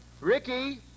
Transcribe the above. ricky